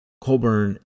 Colburn